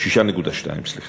סך